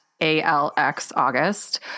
A-L-X-August